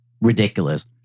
ridiculous